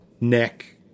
neck